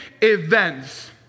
events